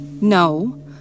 no